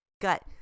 gut